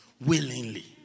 willingly